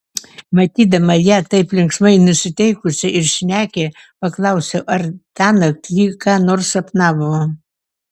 matydama ją taip linksmai nusiteikusią ir šnekią paklausiau ar tąnakt ji ką nors sapnavo